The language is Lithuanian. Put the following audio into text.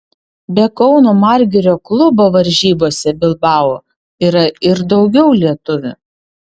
be kauno margirio klubo varžybose bilbao yra ir daugiau lietuvių